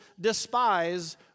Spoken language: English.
despise